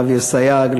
לאבי אסייג,